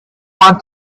want